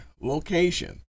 location